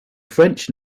french